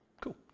Cool